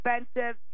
expensive